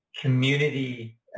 community